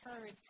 heard